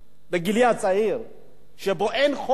שבה אין חופש פרט,